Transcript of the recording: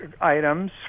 items